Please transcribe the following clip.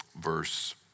verse